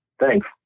Thanks